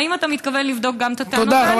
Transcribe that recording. האם אתה מתכוון לבדוק גם את הטענות האלה?